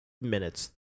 minutes